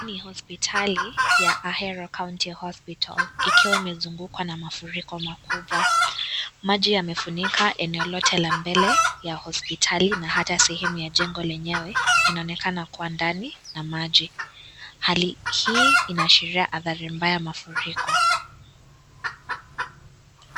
Ni hospitali ya Ahero County Hospital ikiwa imezungukwa na mafuriko makubwa. Maji yamefunika eneo lote la mbele ya hospitali na hata sehemu ya jengo lenyewe inaonekana kuwa ndani ya maji. Hali hii inaashiria athari mbaya ya mafuriko.